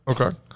Okay